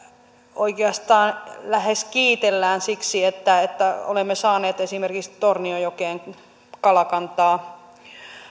oikeastaan lähes kiitellään siksi että että olemme saaneet esimerkiksi tornionjokeen kalakantaa